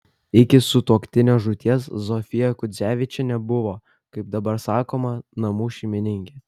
iki sutuoktinio žūties zofija kudzevičienė buvo kaip dabar sakoma namų šeimininkė